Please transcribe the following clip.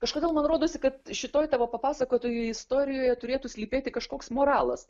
kažkodėl man rodosi kad šitoj tavo papasakotoj istorijoje turėtų slypėti kažkoks moralas